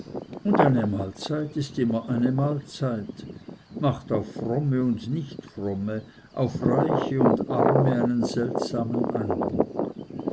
und eine mahlzeit ist immer eine mahlzeit macht auf fromme und nichtfromme auf reiche und arme einen seltsamen eindruck